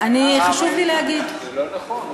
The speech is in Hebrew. זה לא נכון.